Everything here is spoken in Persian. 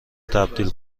تبدیل